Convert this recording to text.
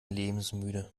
lebensmüde